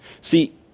See